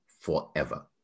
forever